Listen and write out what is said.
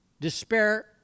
despair